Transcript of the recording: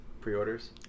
Pre-orders